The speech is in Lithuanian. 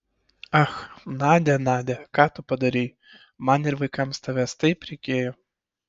ach nadia nadia ką tu padarei man ir vaikams tavęs taip reikėjo